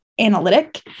analytic